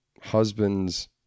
husband's